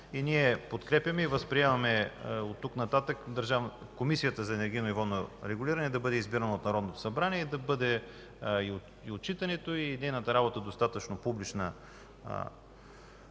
също подкрепяме и възприемаме оттук нататък Комисията за енергийно и водно регулиране да бъде избирана от Народното събрание и отчитането, и нейната работа да бъдат достатъчно публични.